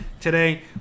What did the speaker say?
today